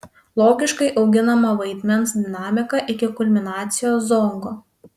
logiškai auginama vaidmens dinamika iki kulminacijos zongo